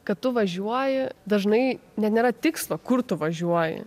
kad tu važiuoji dažnai net nėra tikslo kur tu važiuoji